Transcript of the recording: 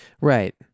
Right